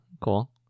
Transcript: Cool